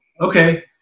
okay